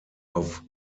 auf